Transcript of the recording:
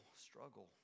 struggle